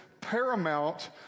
paramount